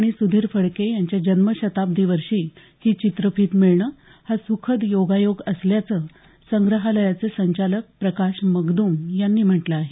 आणि सुधीर फडके यांच्या जन्मशताब्दी वर्षी ही चित्रफीत मिळणं हा सुखद योगायोग असल्याचं संग्रहालयाचे संचालक प्रकाश मगदुम यांनी म्हटलं आहे